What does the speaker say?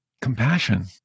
compassion